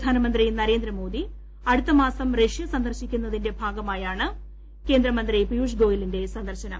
പ്രധാനമന്ത്രി നരേന്ദ്രമോദി അടുത്ത മാസം റഷ്യ സന്ദർശിക്കുന്നതിന്റെ ഭാഗമായാണ് കേന്ദ്രമന്ത്രി പീയുഷ് ഗോയലിന്റെ സന്ദർശനം